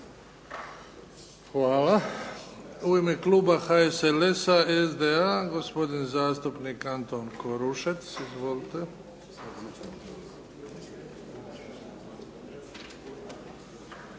Hvala. U ime kluba HSLS-a, SDA, gospodin zastupnik Antun Korušec. Izvolite.